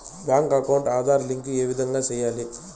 Bank account Aadhaar link ఏ విధంగా సెయ్యాలి?